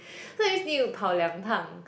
so at least need to 跑两趟